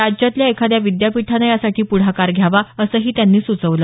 राज्यातल्या एखाद्या विद्यापीठानं यासाठी प्रढाकार घ्यावा असंही त्यांनी सुचवलं